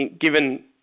given